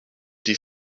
die